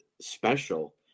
special